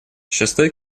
шестой